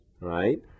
right